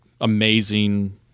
amazing